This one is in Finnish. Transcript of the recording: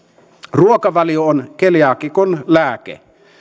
ruokavalio on keliaakikon lääke